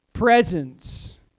Presence